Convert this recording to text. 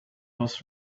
was